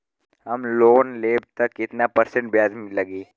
हम लोन लेब त कितना परसेंट ब्याज लागी?